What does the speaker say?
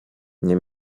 nie